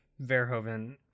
Verhoeven